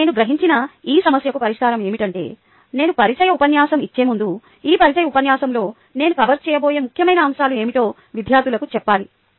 ఇప్పుడు నేను గ్రహించిన ఈ సమస్యకు పరిష్కారం ఏమిటంటే నేను పరిచయ ఉపన్యాసం ఇచ్చే ముందు ఈ పరిచయ ఉపన్యాసంలో నేను కవర్ చేయబోయే ముఖ్యమైన అంశాలు ఏమిటో విద్యార్థులకు చెప్పాలి